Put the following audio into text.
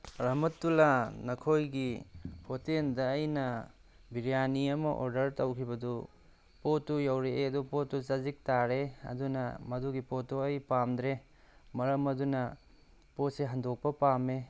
ꯔꯍꯃꯠꯇꯨꯂꯥ ꯅꯈꯣꯏꯒꯤ ꯍꯣꯇꯦꯜꯗ ꯑꯩꯅ ꯕ꯭ꯔꯤꯌꯥꯅꯤ ꯑꯃ ꯑꯣꯔꯗ꯭ꯔ ꯇꯧꯈꯤꯕꯗꯨ ꯄꯣꯠꯇꯣ ꯌꯧꯔꯛꯑꯦ ꯑꯗꯣ ꯄꯣꯠꯇꯣ ꯆꯖꯤꯛ ꯇꯥꯔꯦ ꯑꯗꯨꯅ ꯃꯗꯨꯒꯤ ꯄꯣꯠꯇꯣ ꯑꯩ ꯄꯥꯝꯗ꯭ꯔꯦ ꯃꯔꯝ ꯑꯗꯨꯅ ꯄꯣꯠꯁꯦ ꯍꯟꯗꯣꯛꯄ ꯄꯥꯃꯃꯦ